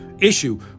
issue